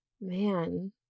man